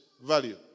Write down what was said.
value